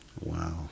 Wow